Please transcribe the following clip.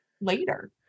later